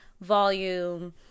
volume